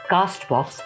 Castbox